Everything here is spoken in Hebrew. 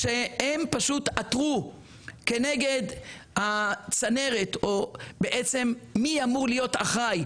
הם עתרו כנגד הצנרת מי אמור להיות אחראי